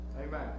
Amen